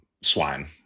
swine